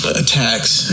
attacks